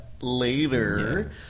later